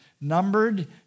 numbered